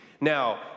Now